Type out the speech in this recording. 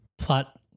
plot